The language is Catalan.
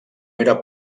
era